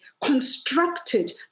constructed